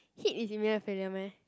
hit is immediate failure meh